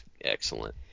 excellent